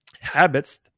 habits